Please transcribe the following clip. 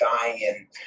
dying